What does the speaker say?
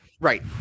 Right